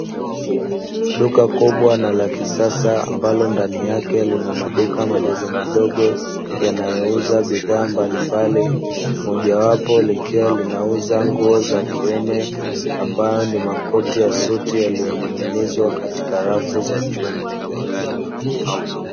Duka kubwa na lakisasa ambalo ndani yake lina maduka madogomadogo yanayouza bidhaa mbalimbali, mojawapo ni liliwa inauza nguo za kiume ambapo ni makoti ya suti yaliyoning'inizwa katika rafu za chuma.